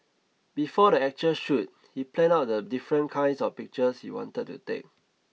before the actual shoot he planned out the different kinds of pictures he wanted to take